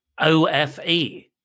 OFE